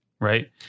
right